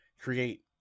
create